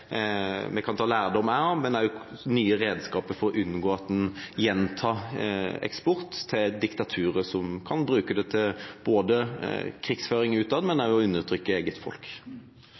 ta lærdom av, men også på nye redskaper – for å unngå at en gjentar eksport til diktaturer som kan bruke det til krigføring utad, men også til å undertrykke eget folk.